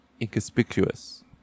inconspicuous